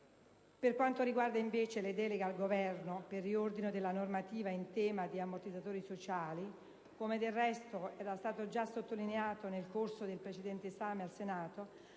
Per quanto riguarda invece le deleghe al Governo per il riordino della normativa in tema di ammortizzatori sociali - come del resto era già stato sottolineato nel corso del precedente esame al Senato